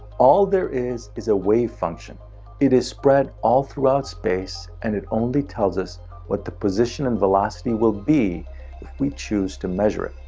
all there is is a wavefunction. it is spread all throughout space, and it only tells us what the position and velocity will be we choose to measure it.